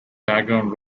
background